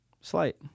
Slight